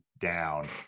down